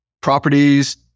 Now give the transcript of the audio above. properties